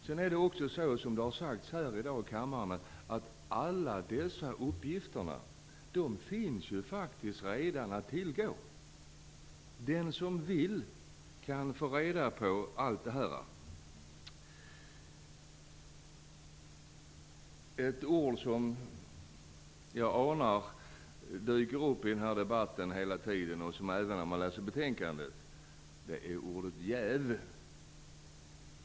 Det är också så, vilket har sagts här i kammaren i dag, att alla dessa uppgifter redan finns att tillgå. Den som vill kan få reda på allt det som tas upp i betänkandet. Ett ord som jag anar dyker upp i den här debatten och även i betänkandet är ordet jäv.